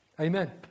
amen